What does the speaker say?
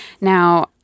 Now